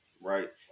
right